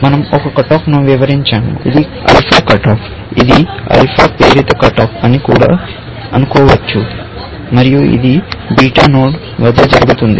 మనం ఒక కట్ ఆఫ్ను వివరించాము ఇది ఆల్ఫా కట్ ఆఫ్ ఇది ఆల్ఫా ప్రేరిత కట్ ఆఫ్ అని కూడా అనుకోవచ్చు మరియు ఇది బీటా నోడ్ వద్ద జరుగుతుంది